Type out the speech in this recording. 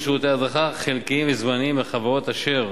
שירותי הדרכה חלקיים וזמניים מחברות אשר